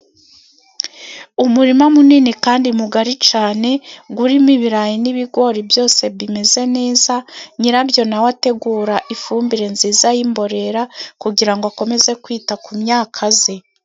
Umurima munini kandi mugari cyane, urimo ibirayi n'ibigori byose bimeze neza, nyirabyo na we ategura ifumbire nziza y'imborera, kugira ngo akomeze kwita ku myaka ye.